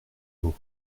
mot